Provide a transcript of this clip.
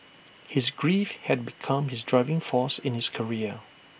his grief had become his driving force in his career